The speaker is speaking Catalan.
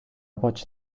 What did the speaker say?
boig